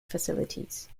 facilities